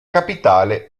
capitale